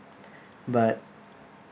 but